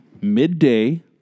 Midday